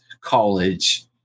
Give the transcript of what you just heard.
college